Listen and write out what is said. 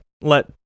let